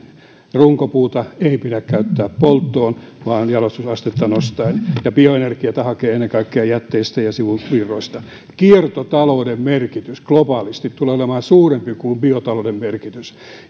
runkopuuta ei pidä käyttää polttoon vaan jalostusastetta nostaa ja bioenergiaa hakea ennen kaikkea jätteistä ja sivuvirroista kiertotalouden merkitys globaalisti tulee olemaan suurempi kuin biotalouden merkitys